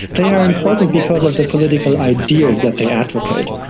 they are important because of the political ideas that they advocate,